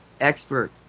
expert